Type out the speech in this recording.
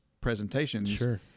presentations